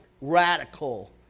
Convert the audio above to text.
radical